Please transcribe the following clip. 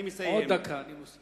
אני מסיים, עוד דקה אני מוסיף.